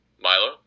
milo